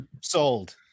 sold